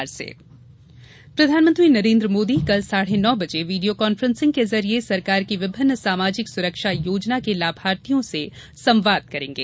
प्रधानमंत्री सामाजिक सुरक्षा प्रधानमंत्री नरेन्द्र मोदी कल साढ़े नौ बजे वीडियो कांफेंसिंग के जरिए सरकार की विभिन्न सामाजिक सुरक्षा योजना के लाभार्थियों से संवाद करेंगे